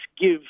give